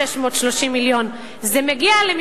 אז אומרים לי: 630 מיליון שקלים.